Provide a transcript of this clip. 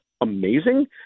amazing